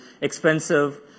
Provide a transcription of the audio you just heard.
expensive